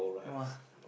no ah